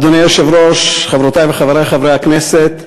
אדוני היושב-ראש, חברותי וחברי חברי הכנסת,